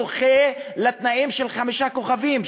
זוכה לתנאים של חמישה כוכבים,